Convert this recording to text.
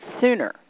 sooner